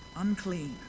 unclean